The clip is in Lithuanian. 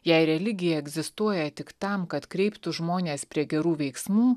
jei religija egzistuoja tik tam kad kreiptų žmones prie gerų veiksmų